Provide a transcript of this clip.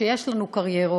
כשיש לנו קריירות,